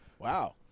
Wow